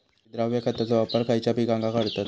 विद्राव्य खताचो वापर खयच्या पिकांका करतत?